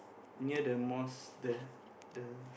near the mosque there the